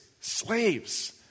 slaves